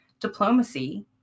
diplomacy